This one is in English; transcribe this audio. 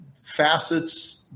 facets